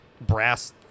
brass